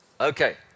Okay